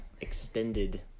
extended